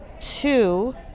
two